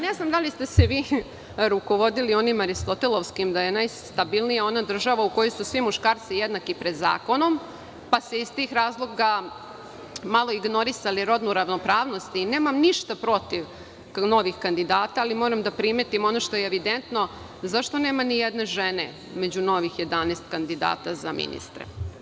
Ne znam da li ste se vi rukovodili onim Aristotelovskim da je najstabilnija ona država u kojoj su svi muškarci jednaki pred zakonom, pa ste iz tih razloga malo ignorisali rodnu ravnopravnost i nemam ništa protiv novih kandidata, ali moram da primetim ono što je evidentno - zašto nema ni jedne žene među novih 11 kandidata za ministre?